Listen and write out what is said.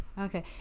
Okay